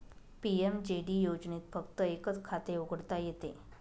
PMJD योजनेत फक्त एकच खाते उघडता येते